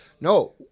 No